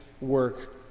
work